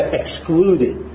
excluded